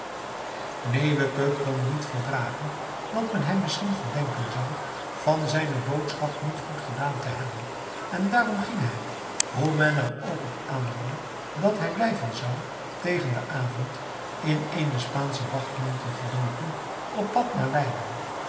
leeuwke kon niet verdragen dat men hem misschien verdenken zou van zijne boodschap niet goed gedaan te hebben en daarom ging hij hoe men er ook op aandrong dat hij blijven zou tegen den avond in eenen spaanschen wachtmantel gedoken op pad naar leiden